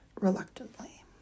reluctantly